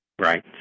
right